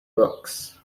books